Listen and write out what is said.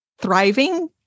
thriving